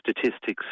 statistics